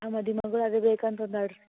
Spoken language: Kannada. ಆ ಮದಿ ಮಗ್ಳು ಅದೇ ಬೇಕಂತ ಅಂದಾಳೆ ರೀ